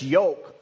yoke